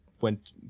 went